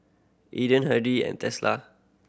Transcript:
Aden Hardy and Tesla